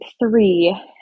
three